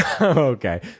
Okay